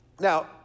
Now